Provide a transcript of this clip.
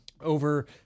Over